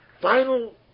final